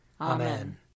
Amen